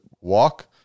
walk